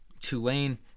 Tulane